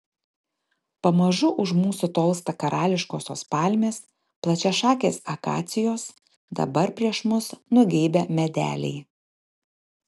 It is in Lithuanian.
pamažu už mūsų tolsta karališkosios palmės plačiašakės akacijos dabar prieš mus nugeibę medeliai